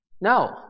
No